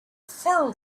fell